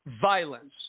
violence